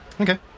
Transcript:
Okay